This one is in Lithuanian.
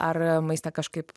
ar maistą kažkaip